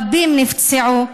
רבים נפצעו,